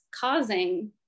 causing